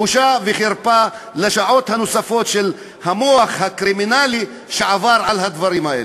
בושה וחרפה לשעות הנוספות של המוח הקרימינלי שעבר על הדברים האלה.